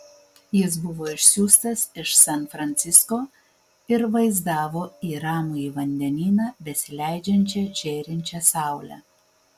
jis buvo išsiųstas iš san francisko ir vaizdavo į ramųjį vandenyną besileidžiančią žėrinčią saulę